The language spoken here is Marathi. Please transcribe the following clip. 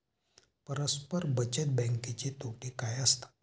परस्पर बचत बँकेचे तोटे काय असतात?